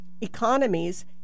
economies